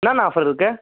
என்னண்ணா ஆஃபர் இருக்குது